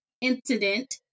incident